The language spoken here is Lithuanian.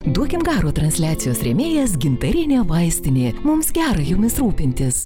duokim garo transliacijos rėmėjas gintarinė vaistinė mums gera jumis rūpintis